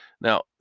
Now